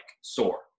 sore